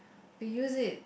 if you use it